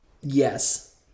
Yes